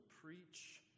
preach